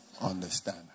understand